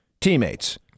teammates